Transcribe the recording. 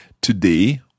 today